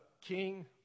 king